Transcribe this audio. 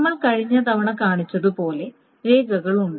നമ്മൾ കഴിഞ്ഞ തവണ കാണിച്ചതുപോലെ രേഖകൾ ഉണ്ട്